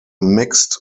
mixed